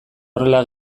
horrela